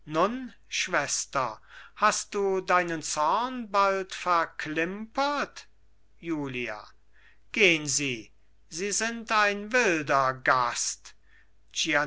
schwester hast du deinen zorn bald verklimpert julia gehn sie sie sind ein wilder gast